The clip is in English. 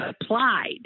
applied